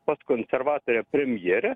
pas konservatorę premjerę